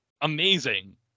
Amazing